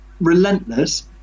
relentless